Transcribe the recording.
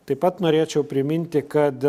taip pat norėčiau priminti kad